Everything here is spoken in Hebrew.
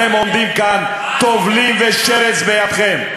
אתם עומדים כאן, טובלים ושרץ בידכם.